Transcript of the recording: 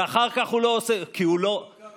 ואחר כך הוא לא עושה, כי הוא לא עושה.